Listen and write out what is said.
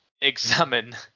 examine